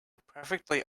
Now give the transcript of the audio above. perfectly